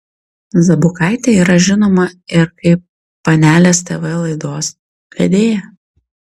zabukaitė yra žinoma ir kaip panelės tv laidos vedėja